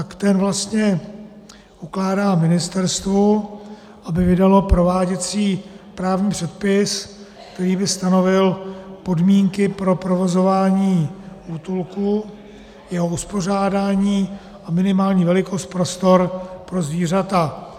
Ten vlastně ukládá ministerstvu, aby vydalo prováděcí právní předpis, který by stanovil podmínky pro provozování útulku, jeho uspořádání a minimální velikost, prostor pro zvířata.